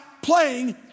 playing